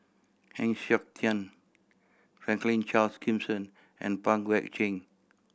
Heng Siok Tian Franklin Charles Gimson and Pang Guek Cheng